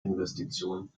investition